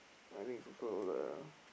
I think it's also the